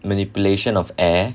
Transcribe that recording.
manipulation of air